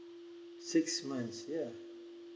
six months ya